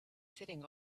sitting